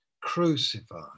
crucified